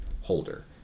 holder